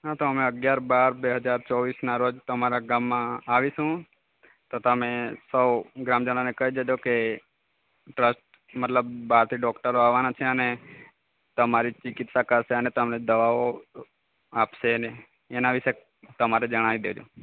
હા તો અમે અગ્યાર બાર બે હજાર ચોવીસના રોજ તમારા ગામમાં આવીશું તો તમે સૌ ગ્રામજનોને કહી દેજો કે ટ્રસ્ટ મતલબ બહારથી ડોકટરો આવવાના છે અને તમારી ચીકીત્સા કરશે અને તમને દવાઓ આપશે ને એના વિશે તમારે જણાવી દેજો